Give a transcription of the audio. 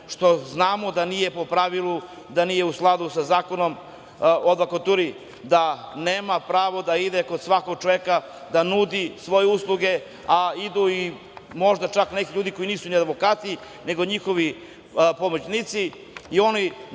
što znamo da nije po pravilu, da nije u skladu sa Zakonom o advokaturi, da nema pravo da ide kod svakog čoveka da nudi svoje usluge, a idu možda čak i neki ljudi koji nisu ni advokati, nego njihovi pomoćnici i na taj